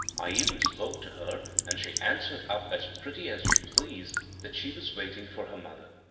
i even spoke to her and she answered up as pretty as you please that she was waiting for her mother.